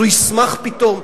אז הוא ישמח פתאום?